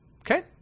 Okay